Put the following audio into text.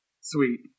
Sweet